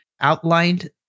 outlined